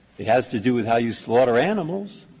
it has to do with how you slaughter animals.